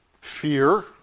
fear